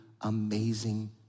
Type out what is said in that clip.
amazing